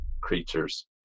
creatures